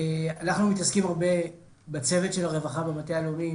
אנחנו מתעסקים הרבה בצוות של הרווחה במטה הלאומי,